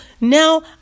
now